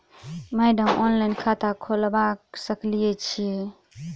Madam online खाता खोलबा सकलिये छीयै?